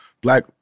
Black